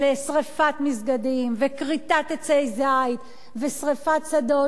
שרפת מסגדים וכריתת עצי זית ושרפת שדות,